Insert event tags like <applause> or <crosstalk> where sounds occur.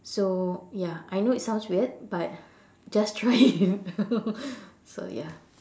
so ya I know it sounds weird but just try it <laughs> so ya